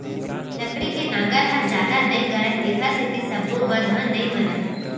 लकड़ी के नांगर ह जादा नइ गड़य तेखर सेती सब्बो बन ह नइ मरय